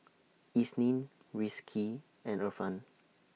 Isnin Rizqi and Irfan